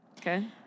Okay